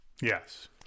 Yes